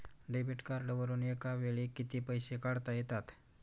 Debit कार्डवरुन एका वेळी किती पैसे काढता येतात?